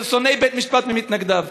שונאי, בית-המשפט ממתנגדיו.